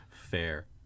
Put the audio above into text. Fair